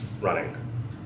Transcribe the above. running